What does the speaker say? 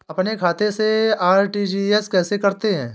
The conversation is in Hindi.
अपने खाते से आर.टी.जी.एस कैसे करते हैं?